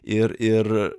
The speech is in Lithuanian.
ir ir